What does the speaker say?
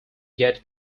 get